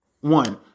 One